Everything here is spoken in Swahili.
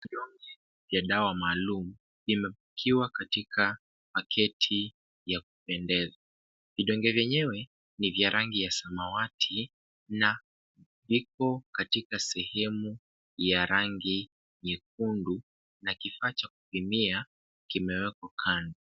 Kidonge cha dawa maalum kimepakiwa katika paketi ya kupendeza. Vidonge vyenyewe ni vya rangi ya samawati na viko katika sehemu ya rangi nyekundu, na kifaa cha kupimia kimewekwa kando.